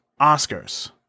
Oscars